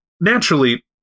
naturally